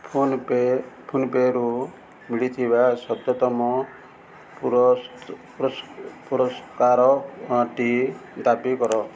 phone pay ଫୋନ ପେ'ରୁ ମିଳିଥିବା ସଦ୍ୟତମ ପୁରସ୍କାରଟି ଦାବି କର